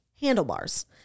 handlebars